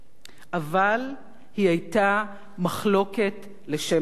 אבל היא היתה מחלוקת לשם שמים.